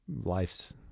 life's